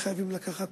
שחייבים לקחת